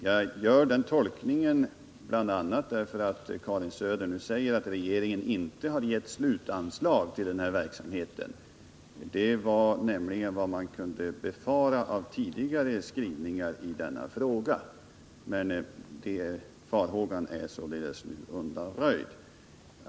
Jag gör den tolkningen bl.a. därför att Karin Söder nu säger att regeringen inte har givit slutanslag till verksamheten. Det var nämligen vad man kunde befara efter tidigare skrivningar i denna fråga, men den farhågan är således undanröjd.